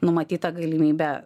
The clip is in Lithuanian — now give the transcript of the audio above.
numatyta galimybė